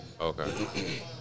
Okay